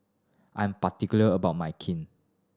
I am particular about my Kheer